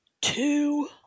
two